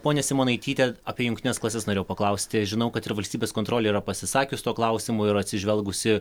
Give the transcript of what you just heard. ponia simonaityte apie jungtines klases norėjau paklausti žinau kad ir valstybės kontrolė yra pasisakius tuo klausimu ir atsižvelgusi